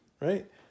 right